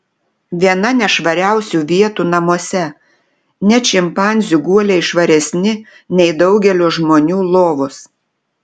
viena nešvariausių vietų namuose net šimpanzių guoliai švaresni nei daugelio žmonių lovos